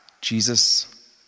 Jesus